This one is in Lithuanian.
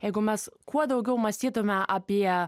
jeigu mes kuo daugiau mąstytume apie